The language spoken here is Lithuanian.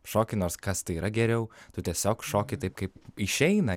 šokį nors kas tai yra geriau tu tiesiog šoki taip kaip išeina